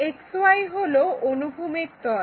XY হলো অনুভূমিক তল